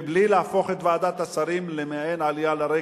מבלי להפוך את ועדת השרים למעין עלייה לרגל,